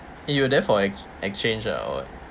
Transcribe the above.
eh you there for ex~ exchange ah or what